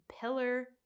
pillar